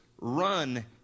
run